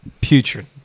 Putrid